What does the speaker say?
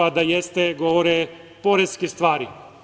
A, da jeste, govore poreske stvari.